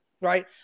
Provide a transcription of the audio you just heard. right